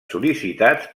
sol·licitats